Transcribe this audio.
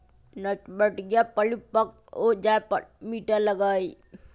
नाशपतीया परिपक्व हो जाये पर मीठा लगा हई